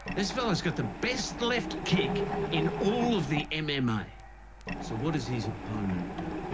this fellow's got the best left kick in all of the mma. so what does his opponent do?